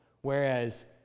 whereas